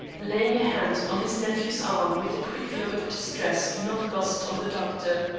laying a hand on his nephew's arm with a quick look of distress not lost on the doctor.